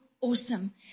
awesome